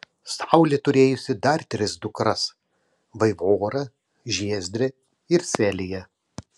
saulė turėjusi dar tris dukras vaivorą žiezdrę ir seliją